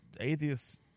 atheists